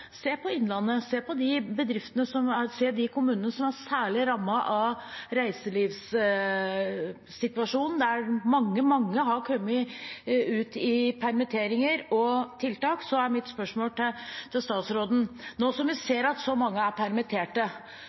se på Innlandet, se på de kommunene som er særlig rammet av reiselivssituasjonen, der mange har kommet ut i permitteringer og tiltak, har jeg et spørsmål. Nå som vi ser at så mange er